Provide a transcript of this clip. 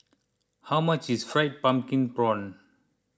how much is Fried Pumpkin Prawns